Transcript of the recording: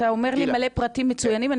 אתה אומר לי מלא פרטים מצוינים,